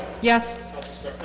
yes